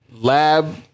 lab